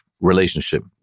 relationship